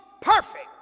perfect